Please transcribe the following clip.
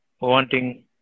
wanting